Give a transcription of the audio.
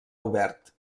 obert